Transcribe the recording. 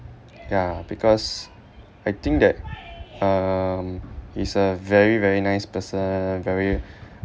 ya because I think that um he's a very very nice person very